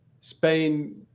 spain